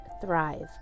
thrive